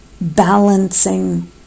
balancing